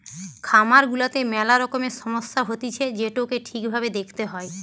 খামার গুলাতে মেলা রকমের সমস্যা হতিছে যেটোকে ঠিক ভাবে দেখতে হয়